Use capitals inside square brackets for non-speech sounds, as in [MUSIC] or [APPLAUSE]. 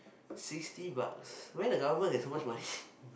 sixty bucks where the government get so much money [BREATH]